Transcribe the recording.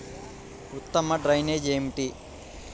ఉత్తమ డ్రైనేజ్ ఏమిటి?